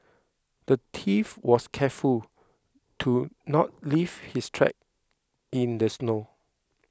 the thief was careful to not leave his tracks in the snow